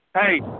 Hey